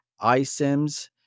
iSIMs